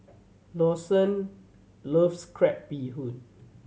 Lawson loves crab bee hoon